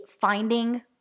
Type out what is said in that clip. finding